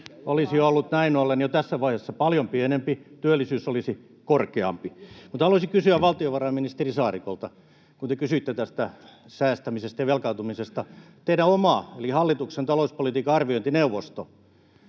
olisi ollut näin ollen jo tässä vaiheessa paljon pienempi. Työllisyys olisi korkeampi. Haluaisin kysyä valtiovarainministeri Saarikolta, kun te kysyitte säästämisestä ja velkaantumisesta: Teidän eli hallituksen oma talouspolitiikan arviointineuvosto